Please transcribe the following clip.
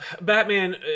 batman